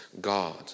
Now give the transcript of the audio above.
God